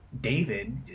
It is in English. david